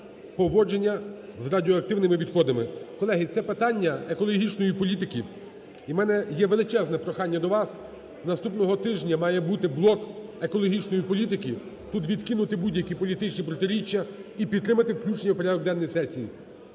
поводження з радіоактивними відходами. Колеги, це питання екологічної політики. І в мене є величезне прохання до вас, наступного тижня має бути блок екологічної політики – тут відкинуті будь-які політичні протиріччя – і підтримати включення у порядок денний сесії.